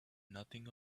nothing